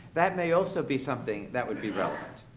that may also be something that would be relevant.